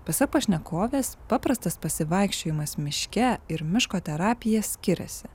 pasak pašnekovės paprastas pasivaikščiojimas miške ir miško terapija skiriasi